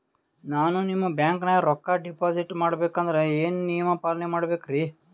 ನಾನು ನಿಮ್ಮ ಬ್ಯಾಂಕನಾಗ ರೊಕ್ಕಾ ಡಿಪಾಜಿಟ್ ಮಾಡ ಬೇಕಂದ್ರ ಏನೇನು ನಿಯಮ ಪಾಲನೇ ಮಾಡ್ಬೇಕ್ರಿ?